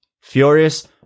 Furious